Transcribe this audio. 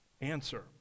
Answer